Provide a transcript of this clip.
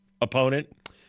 opponent